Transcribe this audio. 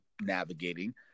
navigating